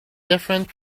different